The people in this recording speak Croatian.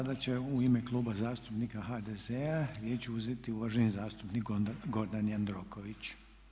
Sada će u ime Kluba zastupnika HDZ-a riječ uzeti uvaženi zastupnik Gordan Jandroković.